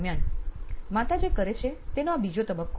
માતા જે કરે છે તેનો આ બીજો તબક્કો છે